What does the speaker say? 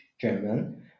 German